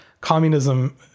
communism